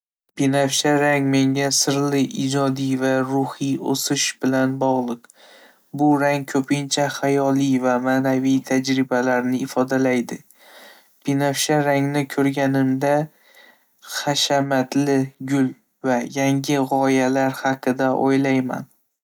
Binafsha rang menga sirli, ijodiy va ruhiy o'sish bilan bog'liq. Bu rang ko'pincha hayoliy va ma'naviy tajribalarni ifodalaydi. Binafsha rangni ko'rganimda, hashamatli gul va yangi g'oyalar haqida o'ylayman.